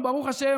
ברוך השם,